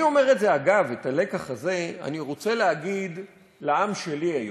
אגב, את הלקח הזה אני רוצה להגיד לעם שלי היום,